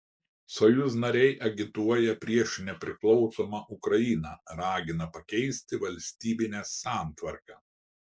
sojuz nariai agituoja prieš nepriklausomą ukrainą ragina pakeisti valstybinę santvarką